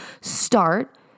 Start